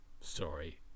sorry